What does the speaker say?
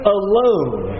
alone